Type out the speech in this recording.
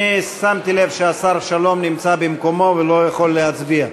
שמתי לב שהשר שלום נמצא במקומו ולא יכול להצביע.